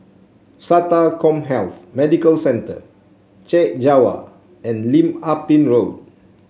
SATA CommHealth Medical Centre Chek Jawa and Lim Ah Pin Road